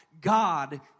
God